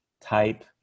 type